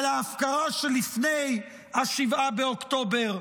על ההפקרה שלפני 7 באוקטובר,